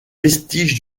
vestiges